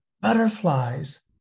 butterflies